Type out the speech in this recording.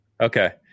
Okay